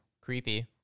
Creepy